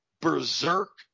berserk